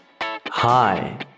Hi